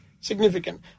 significant